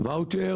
ואוצ'ר